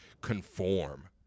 conform